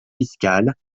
fiscales